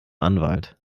anwalt